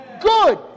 Good